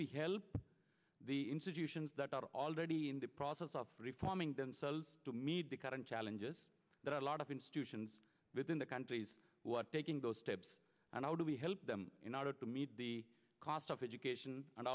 we help the institutions that are already in the process of reforming themselves to meet the current challenges that a lot of institutions within the countries what taking those steps and how do we help them in order to meet the cost of education and